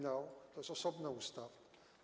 Nauk to jest osobna ustawa.